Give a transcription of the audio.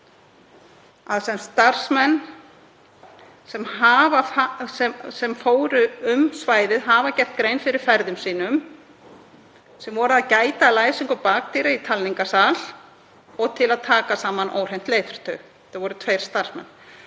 að starfsmenn sem fóru um svæðið hafa gert grein fyrir ferðum sínum, sem voru að gæta að læsingu á bakdyrum í talningarsal og taka saman óhreint leirtau. Þetta voru tveir starfsmenn.